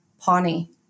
pawnee